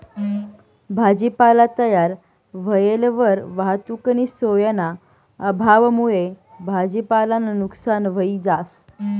भाजीपाला तयार व्हयेलवर वाहतुकनी सोयना अभावमुये भाजीपालानं नुकसान व्हयी जास